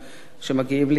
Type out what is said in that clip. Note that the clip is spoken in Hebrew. שמגיעים לישראל,